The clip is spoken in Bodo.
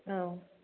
औ